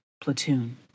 platoon